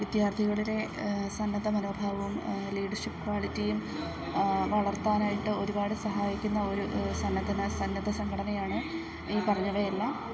വിദ്യാർത്ഥികളിലെ സന്നദ്ധ മനോഭാവവും ലീഡർഷിപ്പ് ക്വാളിറ്റിയും വളർത്താനായിട്ട് ഒരുപാട് സഹായിക്കുന്ന ഒരു സന്നദ്ധന സന്നദ്ധ സംഘടനയാണ് ഈ പറഞ്ഞവയെല്ലാം